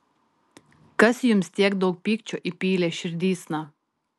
kas jums tiek daug pykčio įpylė širdysna